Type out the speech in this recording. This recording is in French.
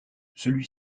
celui